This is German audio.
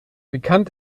bekannt